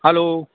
hello